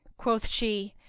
quoth she,